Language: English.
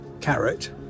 carrot